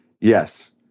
Yes